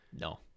No